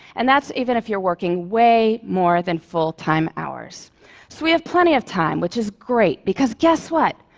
and that's even if you're working way more than full-time hours. so we have plenty of time, which is great, because guess what?